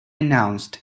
announced